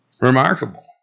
Remarkable